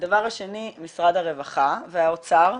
הדבר השני, משרד הרווחה והאוצר,